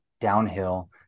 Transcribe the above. downhill